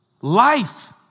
life